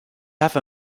have